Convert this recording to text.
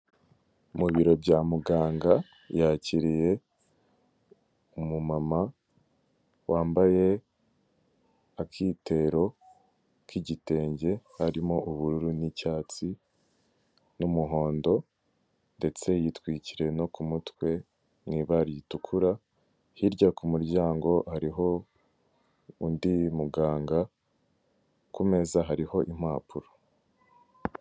Mu biro bya muganga yakiriye umumama wambaye akitero k'igitenge harimo ubururu n'icyatsi n'umuhondo ndetse yitwikiriye no ku mutwe mu ibara ritukura, hirya ku muryango hariho undi muganga, ku meza hariho impapuro.